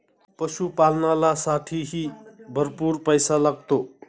पशुपालनालासाठीही भरपूर पैसा लागतो